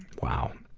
wow.